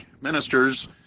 ministers